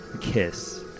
kiss